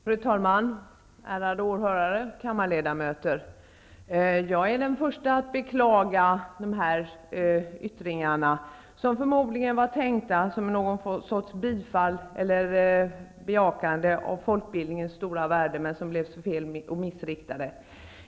Fru talman, ärade åhörare och kammarledamöter! Jag är den första att beklaga dessa yttringar, som förmodligen var tänkta som något slags bejakande av folkbildningens stora värde -- men som blev så fel och missriktade.